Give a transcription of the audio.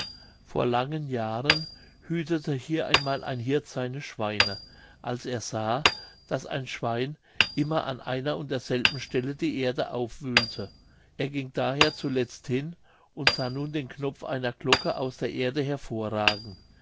vor langen jahren hütete hier einmal ein hirt seine schweine als er sah daß ein schwein immer an einer und derselben stelle die erde aufwühlte er ging daher zuletzt hin und sah nun den knopf einer glocke aus der erde hervorragen